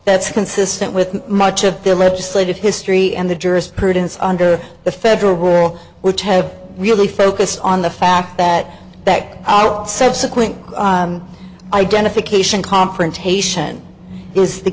that's consistent with much of their legislative history and the jurisprudence under the federal rule which have really focused on the fact that that out subsequent identification confrontation is the